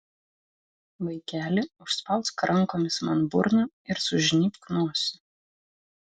vaikeli užspausk rankomis man burną ir sužnybk nosį